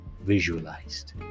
visualized